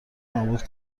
نابود